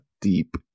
deep